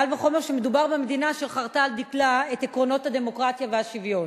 קל וחומר כשמדובר במדינה שחרתה על דגלה את עקרונות הדמוקרטיה והשוויון.